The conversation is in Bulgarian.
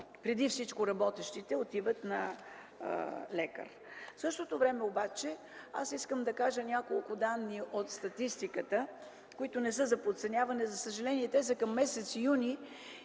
преди всичко работещите отиват на лекар. В същото време обаче искам да кажа няколко данни от статистиката, които не са за подценяване. За съжаление те са към месец юни